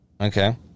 Okay